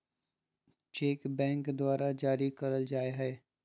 cheque bank द्वारा जारी करल जाय हय